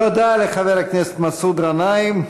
תודה לחבר הכנסת מסעוד גנאים.